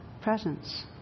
presence